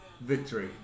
victory